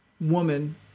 woman